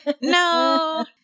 No